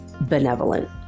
benevolent